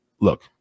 Look